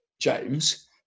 James